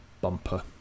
bumper